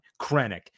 Krennic